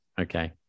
Okay